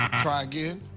try again.